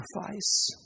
sacrifice